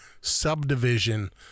subdivision